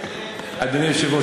אדוני היושב-ראש,